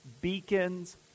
beacons